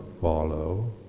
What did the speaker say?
follow